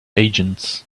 agents